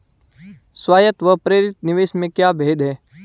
स्वायत्त व प्रेरित निवेश में क्या भेद है?